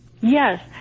Yes